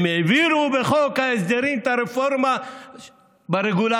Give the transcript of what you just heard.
הם העבירו בחוק ההסדרים את הרפורמה ברגולציה.